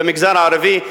במגזר הערבי,